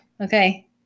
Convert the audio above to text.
Okay